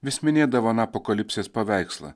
vis minėdavo aną apokalipsės paveikslą